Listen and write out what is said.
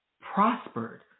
prospered